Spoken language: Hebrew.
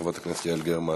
חברת הכנסת יעל גרמן.